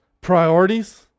priorities